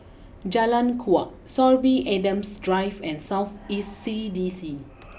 Jalan Kuak Sorby Adams Drive and South East C D C